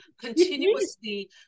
continuously